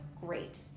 Great